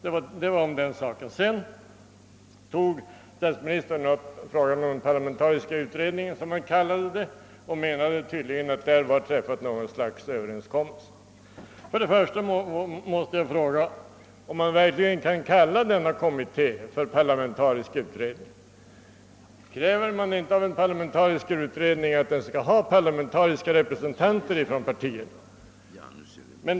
Statsministern tog också upp frågan om den parlamentariska utredningen, som han uttryckte sig, och menade tydligen att något slags överenskommelse hade träffats i den. Jag måste fråga, om man verkligen kan kalla denna kommitté parlamentarisk utredning. Kräver man inte av en sådan, att den skall ha parlamentariska representanter från partierna?